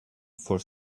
for